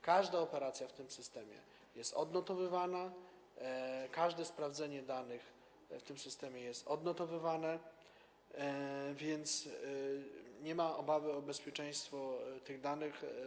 Każda operacja w tym systemie jest odnotowywana, każde sprawdzenie danych w tym systemie jest odnotowywane, więc nie ma obawy o bezpieczeństwo danych.